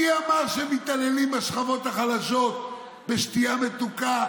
מי אמר שהם מתעללים בשכבות החלשות בשתייה מתוקה